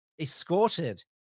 escorted